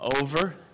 over